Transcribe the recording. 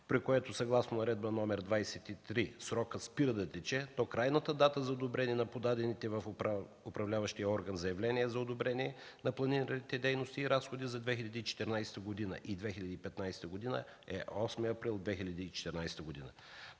при което съгласно Наредба № 23 срокът спира да тече, то крайната дата за одобрение на подадените в управляващия орган заявления за одобрение на планираните дейности и разходи за 2014 и 2015 г. е 8 април 2014 г.